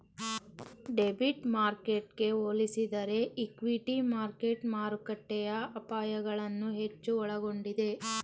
debit ಮಾರ್ಕೆಟ್ಗೆ ಹೋಲಿಸಿದರೆ equity market ಮಾರುಕಟ್ಟೆಯ ಅಪಾಯಗಳನ್ನು ಹೆಚ್ಚು ಒಳಗೊಂಡಿದೆ